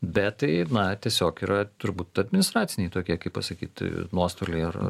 bet tai na tiesiog yra turbūt administraciniai tokie kaip pasakyt nuostoliai ar